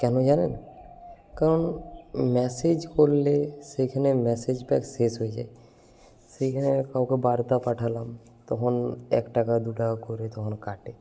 কেন জানেন কারণ ম্যাসেজ করলে সেইখানে ম্যাসেজ প্যাক শেষ হয়ে যায় সেইখানে কাউকে বার্তা পাঠালাম তখন এক টাকা দু টাকা করে তখন কাটে